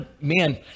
man